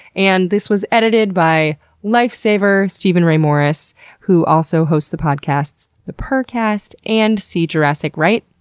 and this was edited by life saver, steven ray morris who also hosts the podcasts, the purrrcast and see jurassic right.